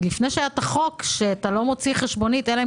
כי לפני שהיה החוק שאתה לא מוציא חשבונית אלא אם